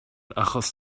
achos